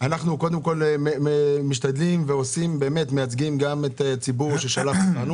אנחנו משתדלים ומייצגים גם את הציבור ששלח אותנו.